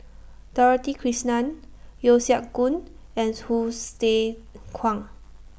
Dorothy Krishnan Yeo Siak Goon and Hsu Tse Kwang